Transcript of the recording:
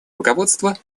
руководство